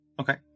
okay